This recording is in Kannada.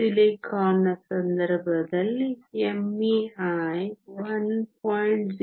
ಸಿಲಿಕಾನ್ನ ಸಂದರ್ಭದಲ್ಲಿ mei 1